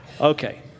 Okay